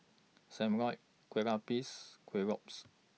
SAM Lau Kueh Lapis Kueh Lopes